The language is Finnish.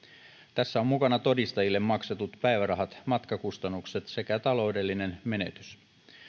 tässä ovat mukana todistajille maksetut päivärahat matkakustannukset sekä taloudellinen menetys